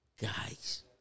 guys